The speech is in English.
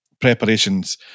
preparations